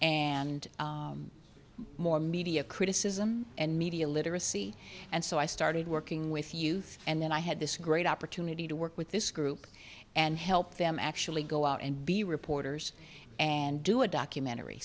and more media criticism and media literacy and so i started working with youth and then i had this great opportunity to work with this group and help them actually go out and be reporters and do a documentary